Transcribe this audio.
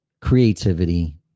creativity